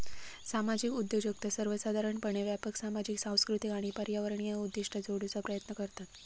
सामाजिक उद्योजकता सर्वोसाधारणपणे व्यापक सामाजिक, सांस्कृतिक आणि पर्यावरणीय उद्दिष्टा जोडूचा प्रयत्न करतत